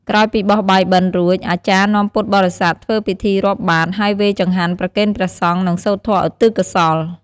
ក្រោយពីបោះបាយបិណ្ឌរួច អាចារ្យនាំពុទ្ធបរិស័ទធ្វើពិធីរាប់បាត្រ ហើយវេរចង្ហាន់ប្រគេនព្រះសង្ឃ និងសូត្រធម៌ឧទ្ទិសកុសល។